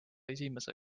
esimese